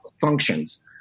functions